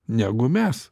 negu mes